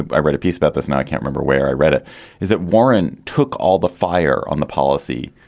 i read a piece about this now i can't rember where i read it is that warren took all the fire on the policy.